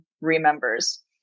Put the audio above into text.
remembers